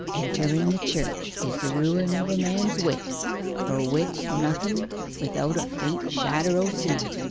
enteren the church is the ruin of a man's wit for wit's nothen without a faint shadder o' sin